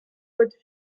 votre